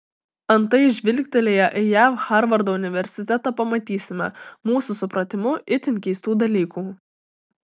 antai žvilgtelėję į jav harvardo universitetą pamatysime mūsų supratimu itin keistų dalykų